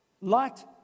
light